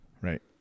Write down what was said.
right